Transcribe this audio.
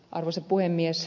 arvoisa puhemies